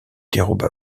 déroba